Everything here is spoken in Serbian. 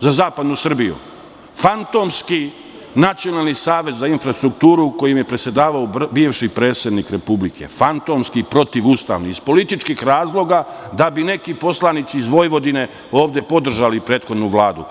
za zapadnu Srbiju – fantomski nacionalni savet za infrastrukturu, kojim je predsedavao bivši predsednik Republike, fantomski, protivustavni, iz političkih razloga, da bi neki poslanici iz Vojvodine ovde podržali prethodnu Vladu.